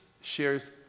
shares